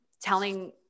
telling